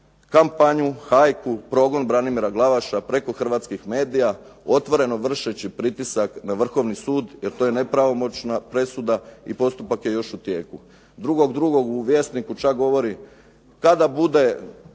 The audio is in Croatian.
kampanju, hajku, progon Branimira Glavaša preko hrvatskih medija, otvoreno vršeći pritisak na Vrhovni sud, jer to je nepravomoćna presuda i postupak je još u tijeku. 2.2. u "Vjesniku" čak govori kada bude